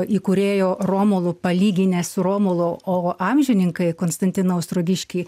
įkūrėjo romulu palyginęs romulo o amžininkai konstantiną ostrogiškį